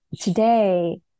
today